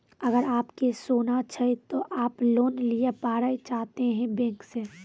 अगर आप के सोना छै ते आप लोन लिए पारे चाहते हैं बैंक से?